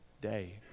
day